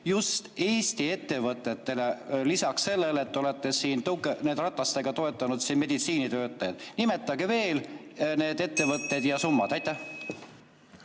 just Eesti ettevõtetele, lisaks sellele, et te olete ratastega toetanud meditsiinitöötajad. Nimetage veel need ettevõtted ja summad. Aitäh,